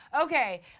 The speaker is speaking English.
Okay